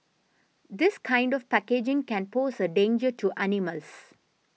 this kind of packaging can pose a danger to animals